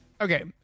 Okay